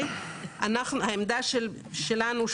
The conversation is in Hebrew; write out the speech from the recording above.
זו משמעות המונח "דרך" שנמצא בה,